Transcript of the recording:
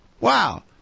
Wow